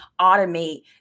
automate